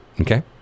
Okay